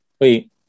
wait